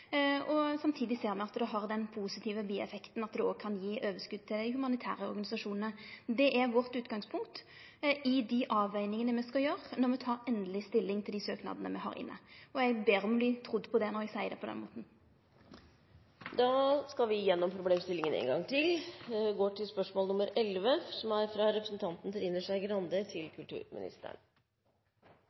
har den positive bieffekten at det òg kan gje overskot til humanitære organisasjonar. Det er vårt utgangspunkt i dei avvegingane me skal gjere når me tek endeleg stilling til dei søknadene me har inne. Eg ber om å verte trudd på det når eg seier det på den måten. Da skal vi gjennom problemstillingen én gang til. Vi går til spørsmål 11, fra Trine Skei Grande til kulturministeren. Jeg syns egentlig ikke noe om at presidenten karakteriserer spørsmål som